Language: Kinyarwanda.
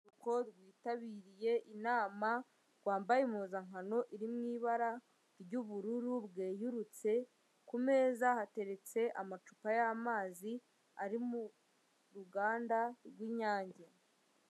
Urubyiruko rwitabiriye inama, rwambaye impuzankano iri mu ibara ry'ubururu bwererutse, ku meza hateretse amacupa y'amazi ari mu ruganda rw'Inyange.